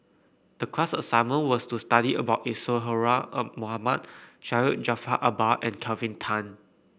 the class assignment was to study about Isadhora Mohamed Syed Jaafar Albar and Kelvin Tan